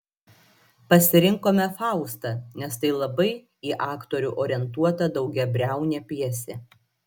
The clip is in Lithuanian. pasirinkome faustą nes tai labai į aktorių orientuota daugiabriaunė pjesė